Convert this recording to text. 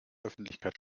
öffentlichkeit